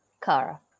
Kara